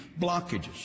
blockages